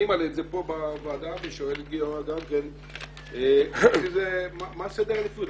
אני מעלה את זה בוועדה ושואל את גיורא מה סדר העדיפות.